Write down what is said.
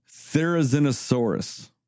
Therizinosaurus